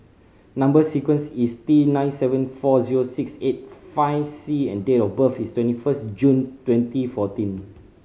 number sequence is T nine seven four zero six eight five C and date of birth is twenty first June twenty fourteen